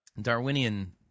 Darwinian